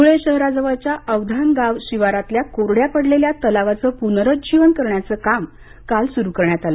ध्रळे शहराजवळच्या अवधान गाव शिवारातल्या कोरड्या पडलेल्या तलावाचं प्नरुज्जीवन करण्याचं काम काल सुरू करण्यात आले